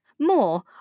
More